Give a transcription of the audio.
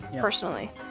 Personally